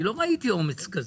אני לא ראיתי אומץ כזה.